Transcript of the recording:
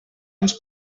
ens